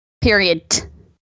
Period